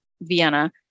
Vienna